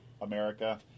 America